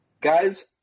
Guys